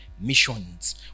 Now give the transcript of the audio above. missions